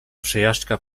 przejażdżka